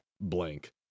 blank